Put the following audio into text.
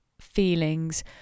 feelings